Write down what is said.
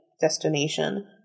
destination